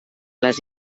les